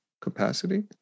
capacity